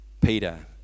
Peter